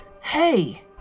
Hey